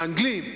מהאנגלים,